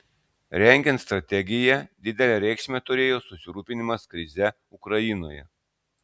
rengiant strategiją didelę reikšmę turėjo susirūpinimas krize ukrainoje